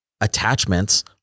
attachments